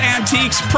Antiques